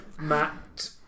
Matt